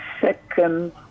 second